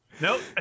Nope